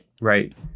right